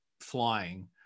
flying